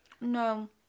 no